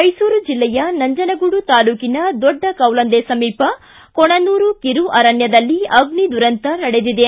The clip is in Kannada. ಮೈಸೂರು ಜಿಲ್ಲೆಯ ನಂಜನಗೂಡು ತಾಲೂಕಿನ ದೊಡ್ಡ ಕೌಲಂದೆ ಸಮೀಪ ಕೋಣನೂರು ಕಿರು ಅರಣ್ಯದಲ್ಲಿ ಅಗ್ನಿ ದುರಂತ ನಡೆದಿದೆ